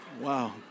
Wow